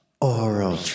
Oral